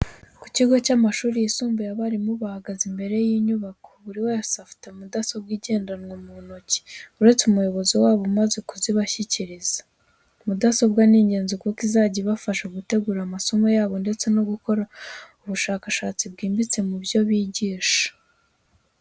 Ku kigo cy'amashuri yisumbuye abarimu bahagaze imbere y'inyubako, buri wese afite mudasobwa igendanwa mu ntoki uretse umuyobozi wabo umaze kuzibashyikiriza. Mudasobwa ni ingenzi kuko izajya ibafasha gutegura amasomo yabo ndetse no gukora ubushakashatsi bwimbitse mu byo bigisha.